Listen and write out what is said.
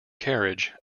carriage